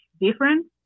different